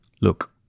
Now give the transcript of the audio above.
look